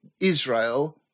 israel